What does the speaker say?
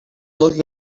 looking